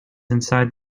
inside